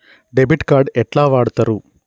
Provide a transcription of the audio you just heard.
Debit card ఎట్లా వాడుతరు?